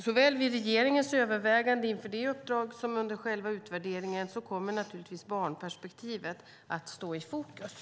Såväl vid regeringens överväganden inför det uppdraget som under själva utvärderingen kommer naturligtvis barnperspektivet att stå i fokus.